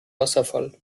wasserfall